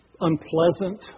unpleasant